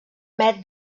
met